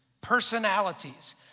personalities